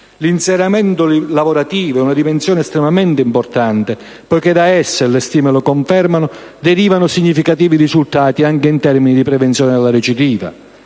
L'inserimento lavorativo è una dimensione estremamente importante, poiché da essa - e le stime lo confermano - derivano significativi risultati anche in termini di prevenzione della recidiva.